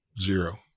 zero